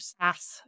SaaS